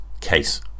case